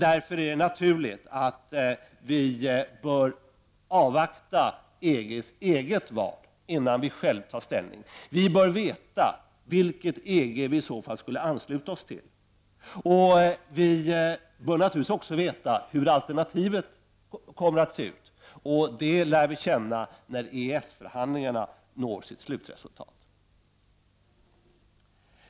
Därför är det naturligt att vi bör avvakta EGs eget val innan vi själva tar ställning. Vi bör veta vilket EG vi i så fall skulle ansluta oss till. Och vi bör naturligtvis också veta hur alternativet kommer att se ut. Och det lär vi få veta när EES-förhandlingarna når sitt slutresultat.